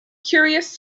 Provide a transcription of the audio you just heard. curious